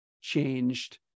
changed